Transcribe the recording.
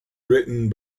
written